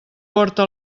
porta